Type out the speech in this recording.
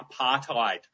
apartheid